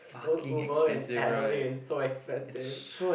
don't Uber in Adelaide it's so expensive